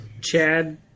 Chad